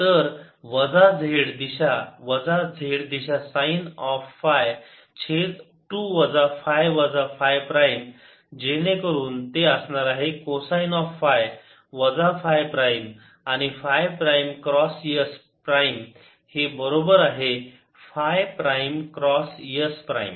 तर वजा z दिशा वजा z दिशा साईन ऑफ पाय छेद 2 वजा फाय वजा फाय प्राईम जेणेकरून ते असणार आहे कोसाइन ऑफ फाय वजा फाय प्राईम आणि phi prime cross s prime हे बरोबर आहे phi prime cross s prime